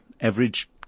average